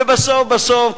ובסוף בסוף,